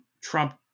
Trump